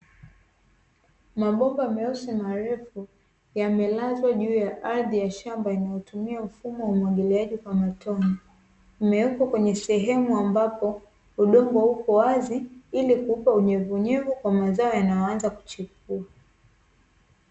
Mabomba meusi marefu, yamelazwa juu ya ardhi ya shamba, inayotumia mfumo wa umwagiliaji wa matone. Sehemu ambapo udongo upo wazi ili kuupa unyevuunyevu kwa mazao yanayoanza kuchipua.